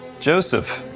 joseph,